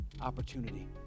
opportunity